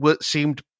seemed